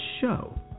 show